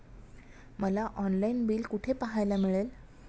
मला online bill कुठे पाहायला मिळेल?